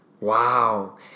Wow